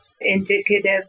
indicative